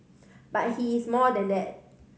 but he is more than that